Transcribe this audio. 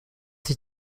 sich